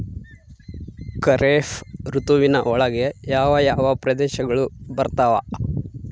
ಖಾರೇಫ್ ಋತುವಿನ ಒಳಗೆ ಯಾವ ಯಾವ ಪ್ರದೇಶಗಳು ಬರ್ತಾವ?